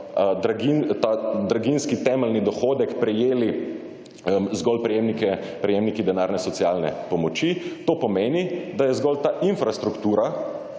draginjski temeljni dohodek prejeli zgolj prejemniki denarne socialne pomoči, to pomeni, da je zgolj ta infrastruktura,